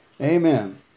Amen